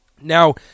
now